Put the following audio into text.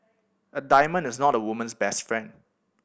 a diamond is not a woman's best friend